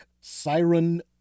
Siren